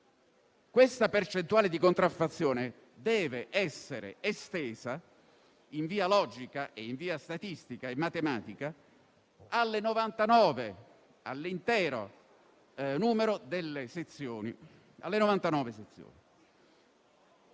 questa percentuale di contraffazione deve essere estesa, in via logica, statistica e matematica, a tutte le 99 sezioni.